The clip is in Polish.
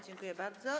Dziękuję bardzo.